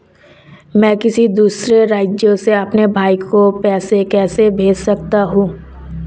मैं किसी दूसरे राज्य से अपने भाई को पैसे कैसे भेज सकता हूं?